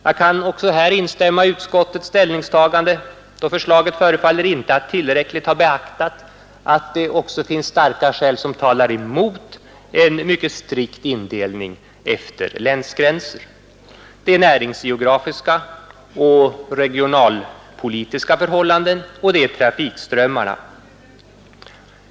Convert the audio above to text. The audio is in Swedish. Jag kan också här instämma i utskottets ställningstagande, eftersom förslaget inte förefaller att tillräckligt ha beaktat att det finns starka skäl som talar mot en mycket strikt indelning efter länsgränser. Det är näringsgeografiska och regionalpolitiska förhållanden och det är trafikströmmarna.